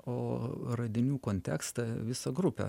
o radinių kontekste visą grupę